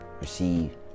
receive